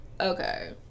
okay